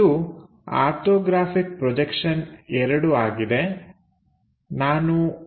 ಇದು orthographic projection II ಆಗಿದೆ